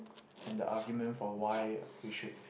and the argument for why we should